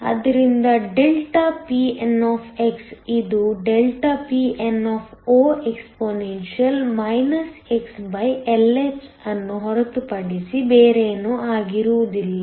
ಆದ್ದರಿಂದ ΔPn ಇದು ∆Pnexp xLh ಅನ್ನು ಹೊರತುಪಡಿಸಿ ಬೇರೇನೂ ಆಗಿರುವುದಿಲ್ಲ